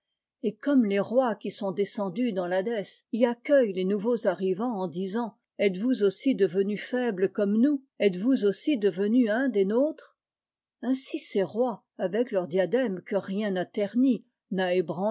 et comme les rois qui sont descendus dans l'hadès y accueillent les nouveaux arrivants en disant etesvous aussi devenus faibles comme nous etes-vous aussi devenu un des nôtres i ainsi ces rois avec leur diadème que rien n'a terni n'a